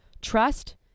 trust